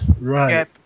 Right